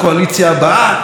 אז אני רוצה להגיד לכם,